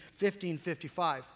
1555